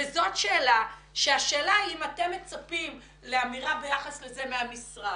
זאת שאלה והשאלה היא האם אתם מצפים לאמירה ביחס לזה מהמשרד,